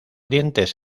dientes